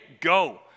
go